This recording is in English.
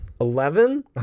Eleven